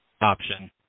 option